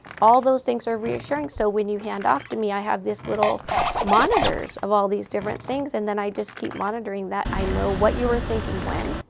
all those things are reassuring. so when you hand off to me, i have this little monitors of all these different things. and then i just keep monitoring that. i know what you were thinking when,